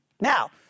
Now